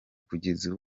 kugeza